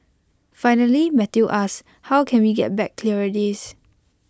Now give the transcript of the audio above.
finally Matthew asks how can we get back clearer days